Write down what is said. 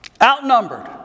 Outnumbered